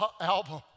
album